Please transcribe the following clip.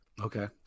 Okay